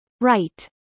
Right